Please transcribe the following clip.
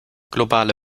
globale